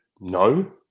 no